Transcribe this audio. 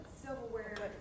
silverware